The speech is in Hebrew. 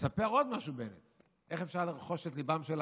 מספר עוד משהו בנט: איך אפשר לרכוש את ליבם של